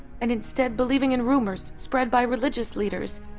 and instead believing in rumors spread by religious leaders,